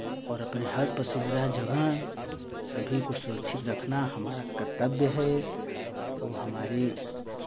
और अपने हर पसंदीदा जगह सभी को सुरक्षित रखना हमारा कर्तव्य है वो हमारी